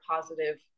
positive